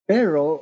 Pero